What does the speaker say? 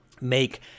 make